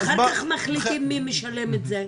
ואחר כך מחליטים מי משלם את זה.